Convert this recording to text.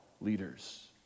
leaders